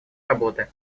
работы